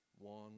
one